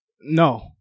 no